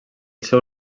seu